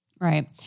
Right